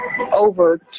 Over